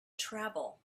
travel